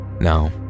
Now